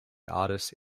artists